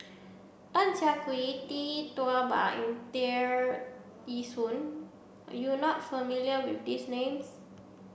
Tan Siah Kwee Tee Tua Ba and Tear Ee Soon you are not familiar with these names